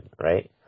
right